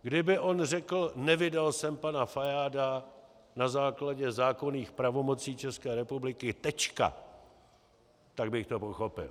Kdyby on řekl: Nevydal jsem pana Fajáda na základě zákonných pravomocí České republiky, tečka tak bych to pochopil.